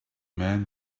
men